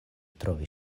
trovi